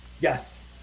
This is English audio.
Yes